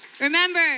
Remember